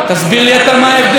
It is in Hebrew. תסביר לי אתה מה ההבדל,